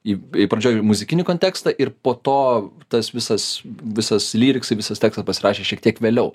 į bei pradžioj ir muzikinį kontekstą ir po to tas visas visas lyriksai visas tekstas pasirašė šiek tiek vėliau